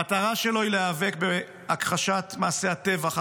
המטרה שלו היא להיאבק בהכחשת מעשי הטבח,